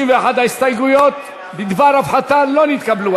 61. ההסתייגויות בדבר הפחתה לא נתקבלו.